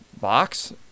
box